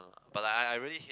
but like like I really hate